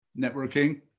networking